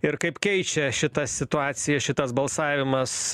ir kaip keičia šitą situaciją šitas balsavimas